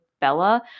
Bella